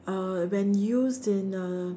uh when used in a